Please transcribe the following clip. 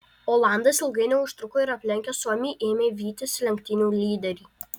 olandas ilgai neužtruko ir aplenkęs suomį ėmė vytis lenktynių lyderį